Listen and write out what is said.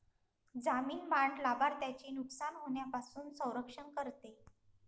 जामीन बाँड लाभार्थ्याचे नुकसान होण्यापासून संरक्षण करते